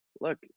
look